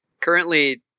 currently